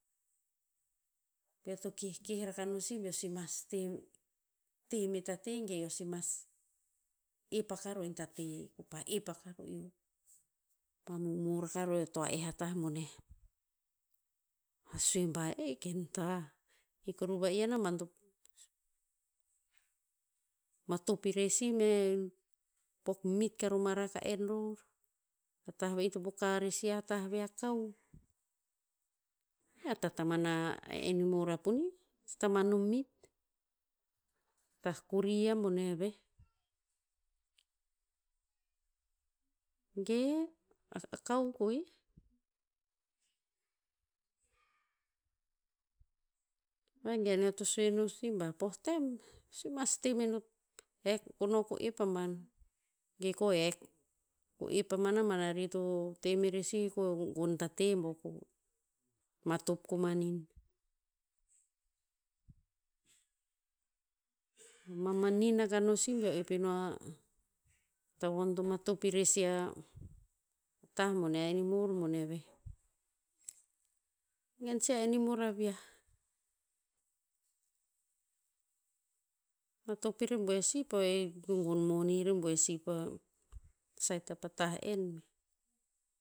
Pe eo to kehkeh rakah no sih beo si mas te- te me ta te ge eo si mas, ep akah ro in ta te. Ko pa ep aka ro eo. Pa momor aka ro eo he toa eh a tah boneh. Pa sue bah eh ken tah. I kuru va'ih a naban to matop irer sih mea pok mit karo ma rar ka en ror. Pa tah va'ih to poka rer si a tah ve a kao. Eh, a tataman a enimor a ponih. Tataman o mit. Tah kori a bone veh. Ge, a- a kao koeh. Vegen eo to sue no si ba poh tem, si mas temeno, hek, ko no ko ep aban. Ge ko hek ko ep pama naban ari to te merer si ko gon ta te bo ko, matop koman in. Mamanin aka no si beo ep ino a, tavon to matop irer si a, tah bone a enimor bone veh. I gen si a enimor a viah. Matop i rebuer si po o e i to gon moni a e rebuer si pa saet apa tah en veh.